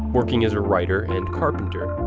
working as a writer and carpenter.